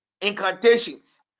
incantations